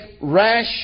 rash